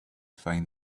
find